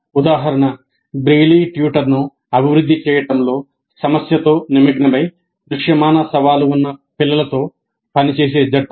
ఉదాహరణ Braille tutor పిల్లలతో పనిచేసే జట్లు